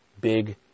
big